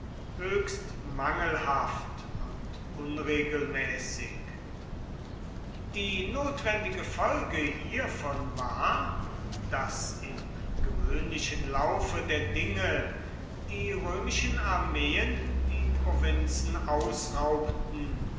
höchst mangelhaft und unregelmäßig die notwendige folge hiervon war daß im gewöhnlichen laufe der dinge die römischen armeen die provinzen